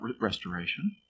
restoration